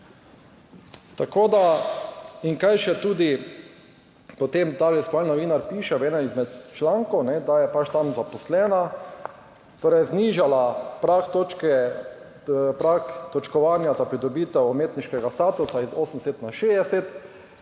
In kaj še tudi potem ta raziskovalni novinar piše v enem izmed člankov, da je pač tam zaposlena torej znižala prag točke, prag točkovanja za pridobitev umetniškega statusa iz 80 na 60,